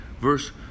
verse